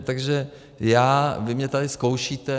Takže já... vy mě tady zkoušíte.